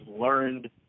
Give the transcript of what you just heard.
learned